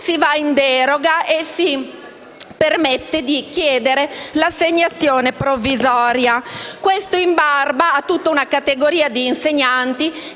si va in deroga e si permette di chiedere l'assegnazione provvisoria. Questo in barba a tutta una categoria di insegnanti